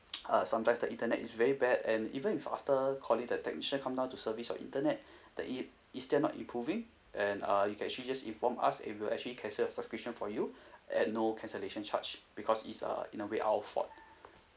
uh sometimes the internet is very bad and even with after calling the technician come down to service your internet the in~ is still not improving and uh you can actually just inform us and we'll actually cancel your subscription for you at no cancellation charge because is a in a way our fault